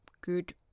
good